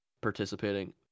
participating